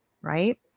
right